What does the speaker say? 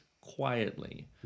quietly